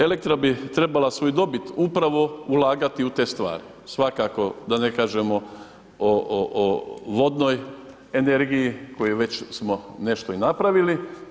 Elektra bi trebala svoju dobit upravo ulagati u te stvari, svakako da ne kažemo o vodnoj energiji koju već smo nešto i napravili.